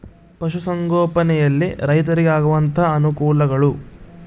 ಪಶುಸಂಗೋಪನೆಯಲ್ಲಿ ರೈತರಿಗೆ ಆಗುವಂತಹ ಅನುಕೂಲಗಳು?